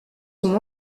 son